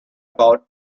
about